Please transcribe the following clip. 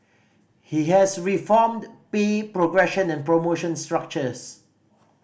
he has reformed pay progression and promotion structures